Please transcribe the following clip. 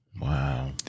Wow